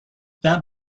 that